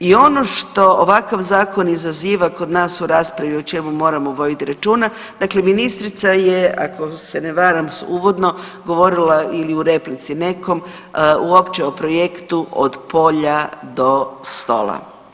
I ono što ovakav Zakon izaziva kod nas u raspravi o čemu moramo voditi računa dakle, ministrica je ako se ne varam uvodno govorila ili u replici nekom uopće o projektu od polja do stola.